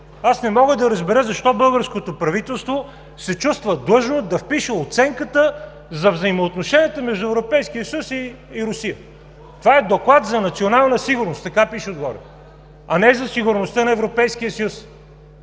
Аз не мога да разбера защо българското правителство се чувства длъжно да впише оценката за взаимоотношенията между Европейския съюз и Русия? Това е „Доклад за национална сигурност“ – така пише отгоре, а не е за сигурността на Европейския съюз.